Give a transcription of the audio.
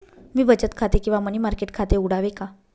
मी बचत खाते किंवा मनी मार्केट खाते उघडावे का?